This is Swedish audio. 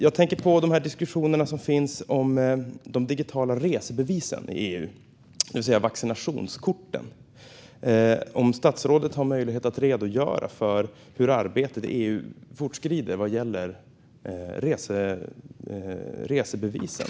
Jag tänker på de diskussioner som finns om de digitala resebevisen i EU, det vill säga vaccinationskorten. Har statsrådet möjlighet att redogöra för hur arbetet i EU fortskrider vad gäller resebevisen?